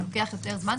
זה לוקח יותר זמן?